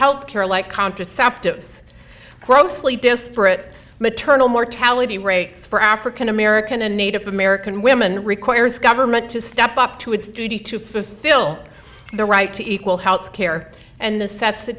health care like contraceptives grossly disparate maternal mortality rates for african american and native american women requires government to step up to its duty to fulfill their right to equal health care and the sets the